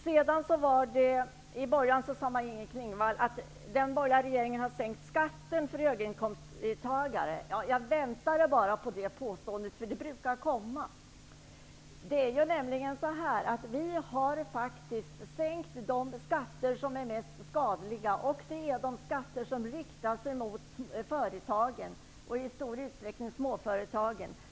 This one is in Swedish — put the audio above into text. I början sade Maj-Inger Klingvall att den borgerliga regeringen har sänkt skatten för höginkomsttagare. Jag väntade bara på det påståendet, för det brukar komma. Vi har faktiskt sänkt de skatter som är mest skadliga. Det är de skatter som riktar sig mot företagen, i stor utsträckning småföretagen.